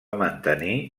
mantenir